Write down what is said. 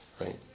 right